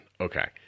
Okay